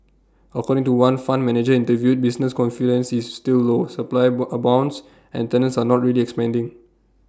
according to one fund manager interviewed business confidence is still low supply about abounds and tenants are not really expanding